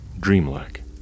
dreamlike